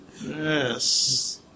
Yes